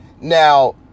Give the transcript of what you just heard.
Now